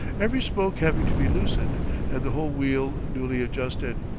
every spoke having to be loosened and the whole wheel newly adjusted.